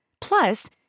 Plus